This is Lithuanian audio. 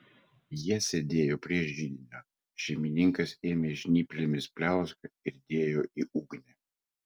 jie sėdėjo prie židinio šeimininkas ėmė žnyplėmis pliauską ir dėjo į ugnį